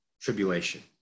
tribulation